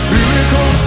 Miracles